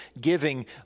giving